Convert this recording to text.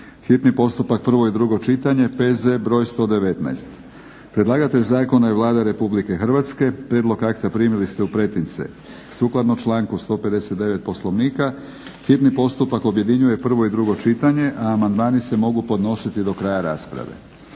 hitni postupak, prvo i drugo čitanje, P.Z. br. 119. Predlagatelj zakona je Vlada Republike Hrvatske. Prijedlog akta primili ste u pretince. Sukladno članku 159. Poslovnika hitni postupak objedinjuje prvo i drugo čitanje, a amandmani se mogu podnositi do kraja rasprave.